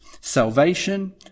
salvation